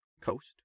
coast